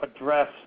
address